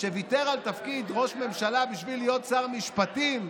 שוויתר על תפקיד ראש ממשלה בשביל להיות שר משפטים,